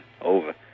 over